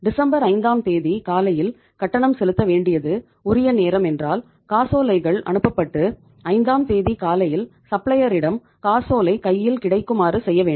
December ஐந்தாம் தேதி காலையில் கட்டணம் செலுத்த வேண்டியது உரிய நேரம் என்றால் காசோலைகள் அனுப்பப்பட்டு ஐந்தாம் தேதி காலையில் சப்ளையர் இடம் காசோலை கையில் கிடைக்குமாறு செய்ய வேண்டும்